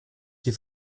die